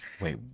Wait